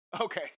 Okay